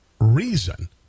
reason